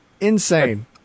Insane